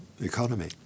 economy